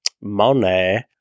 Monet